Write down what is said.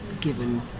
given